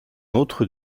autre